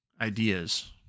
ideas